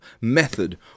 Method